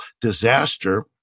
disaster